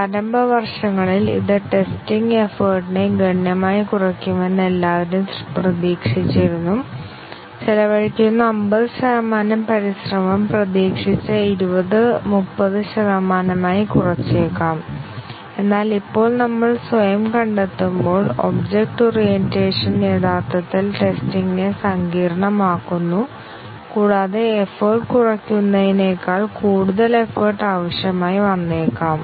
പ്രാരംഭ വർഷങ്ങളിൽ ഇത് ടെസ്റ്റിങ് എഫോർട്ട് നെ ഗണ്യമായി കുറയ്ക്കുമെന്ന് എല്ലാവരും പ്രതീക്ഷിച്ചിരുന്നു ചെലവഴിക്കുന്ന 50 ശതമാനം പരിശ്രമം പ്രതീക്ഷിച്ച 20 30 ശതമാനമായി കുറച്ചേക്കാം എന്നാൽ ഇപ്പോൾ നമ്മൾ സ്വയം കണ്ടെത്തുമ്പോൾ ഒബ്ജക്റ്റ് ഒറിയന്റേഷൻ യഥാർത്ഥത്തിൽ ടെസ്റ്റിങ് നെ സങ്കീർണ്ണമാക്കുന്നു കൂടാതെ എഫോർട്ട് കുറയ്ക്കുന്നതിനേക്കാൾ കൂടുതൽ എഫോർട്ട് ആവശ്യമായി വന്നേക്കാം